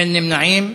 אין נמנעים.